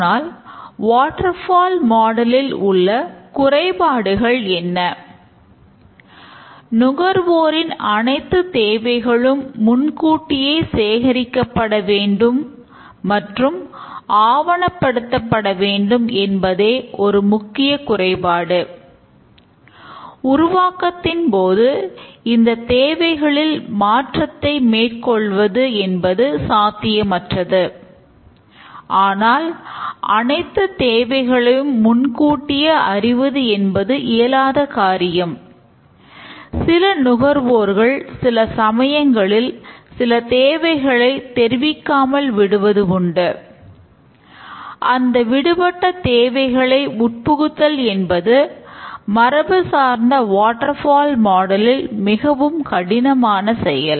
ஆனால் water fall மாடலில் மிகவும் கடினமான செயல்